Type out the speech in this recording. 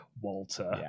walter